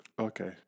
Okay